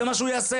זה מה שהוא יעשה,